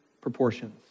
proportions